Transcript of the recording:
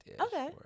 okay